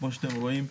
כפי שאתם רואים,